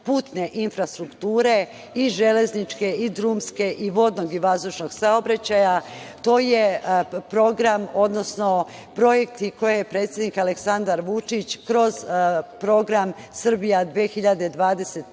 putne infrastrukture i železničke i drumske i vodnog i vazdušnog saobraćaja, to je program, odnosno projekti koje je predsednik Aleksandar Vučić kroz program „Srbija 2025“,